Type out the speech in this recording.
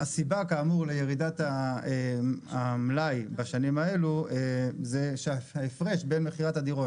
הסיבה כאמור לירידת המלאי בשנים האלה היא שההפרש בין מכירת הדירות